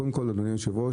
קודם כול אדוני היושב-ראש,